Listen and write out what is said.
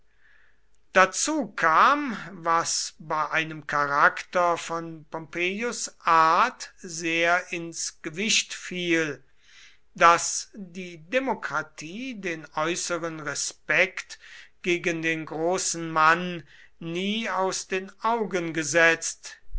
dazu kam was bei einem charakter von pompeius art sehr ins gewicht fiel daß die demokratie den äußeren respekt gegen den großen mann nie aus den augen gesetzt